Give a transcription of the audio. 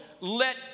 let